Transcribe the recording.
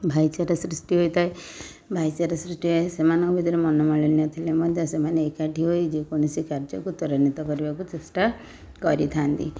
ଭାଇଚାରା ସୃଷ୍ଟି ହୋଇଥାଏ ଭାଇଚାର ସୃଷ୍ଟି ହେବାରେ ସେମାନଙ୍କ ମଧ୍ୟରେ ମନମାଳିନ୍ୟ ଥିଲେ ମଧ୍ୟ ସେମାନେ ଏକାଠି ହୋଇ ଯେକୌଣସି କାର୍ଯ୍ୟକୁ ତ୍ୱରାନ୍ୱିତ କରିବାକୁ ଚେଷ୍ଟା କରିଥାଆନ୍ତି